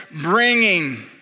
bringing